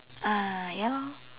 ah ya lor